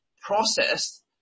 processed